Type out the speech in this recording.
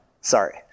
sorry